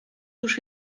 już